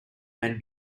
men